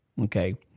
okay